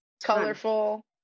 colorful